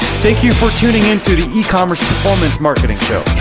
thank you for tuning into the e-commerce performance marketing show.